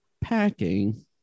Packing